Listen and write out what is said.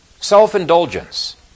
Self-indulgence